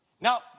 Now